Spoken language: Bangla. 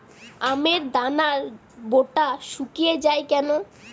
আমের দানার বোঁটা শুকিয়ে য়ায় কেন?